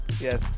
Yes